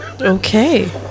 Okay